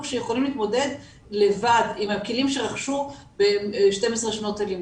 שיכולים להתמודד לבד עם הכלים שרכשו ב-12 שנות הלימוד.